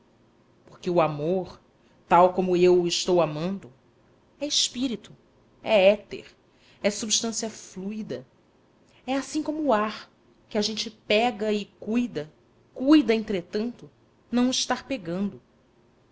porque o amor tal como eu o estou amando é espírito é éter é substância fluida é assim como o ar que a gente pega e cuida cuida entretanto não o estar pegando